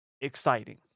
exciting